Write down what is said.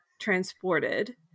transported